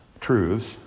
truths